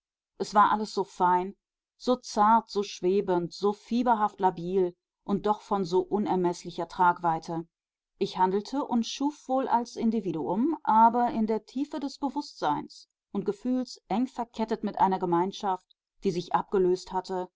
es war alles so fein so zart so schwebend so fieberhaft labil und doch von so unermeßlicher tragweite ich handelte und schuf wohl als individuum aber in der tiefe des bewußtseins und gefühls eng verkettet mit einer gemeinschaft die sich abgelöst hatte